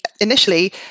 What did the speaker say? initially